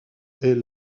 est